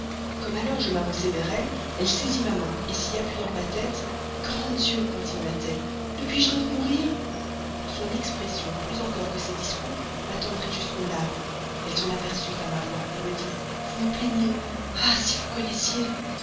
comme alors je m'avançai vers elle elle saisit ma main s'y appuyant la tête grand dieu continua-t-elle ne puis-je donc mourir son expression plus encore que ses discours m'attendrit jusqu'aux larmes elle s'en aperçut à ma voix me dit vous me plaignez ah si vous connaissiez